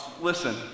listen